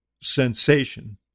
sensation